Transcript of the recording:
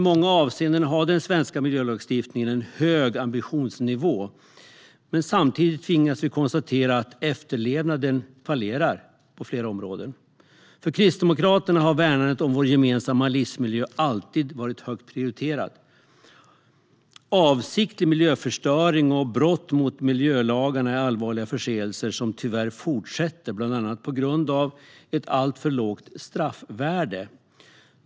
Den svenska miljölagstiftningen har i många avseenden en hög ambitionsnivå, men samtidigt tvingas vi konstatera att efterlevnaden fallerar på flera områden. För Kristdemokraterna har värnandet om vår gemensamma livsmiljö alltid varit högt prioriterat. Avsiktlig miljöförstöring och brott mot miljölagarna är allvarliga förseelser som tyvärr fortsätter, bland annat på grund av ett alltför lågt straffvärde.